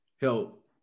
help